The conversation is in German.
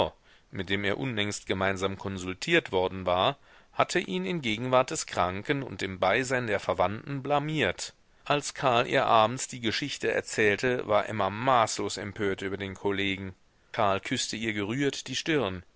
mit dem er unlängst gemeinsam konsultiert worden war hatte ihn in gegenwart des kranken und im beisein der verwandten blamiert als karl ihr abends die geschichte erzählte war emma maßlos empört über den kollegen karl küßte ihr gerührt die stirn